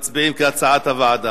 מצביעים כהצעת הוועדה.